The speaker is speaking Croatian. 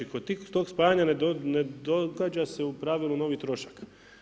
Kod tog spajanja ne događa se u pravilu novi trošak.